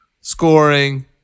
scoring